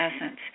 essence